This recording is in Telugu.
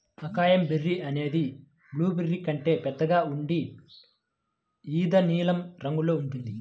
అకాయ్ బెర్రీ అనేది బ్లూబెర్రీ కంటే పెద్దగా ఉండి ఊదా నీలం రంగులో ఉంటుంది